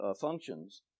functions